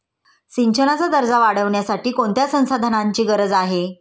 सिंचनाचा दर्जा वाढविण्यासाठी कोणत्या संसाधनांची गरज आहे?